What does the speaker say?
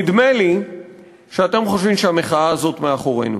נדמה לי שאתם חושבים שהמחאה הזאת מאחורינו.